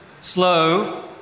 Slow